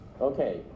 Okay